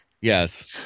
Yes